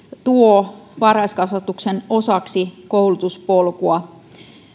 tuo varhaiskasvatuksen osaksi koulutuspolkua